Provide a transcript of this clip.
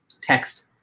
text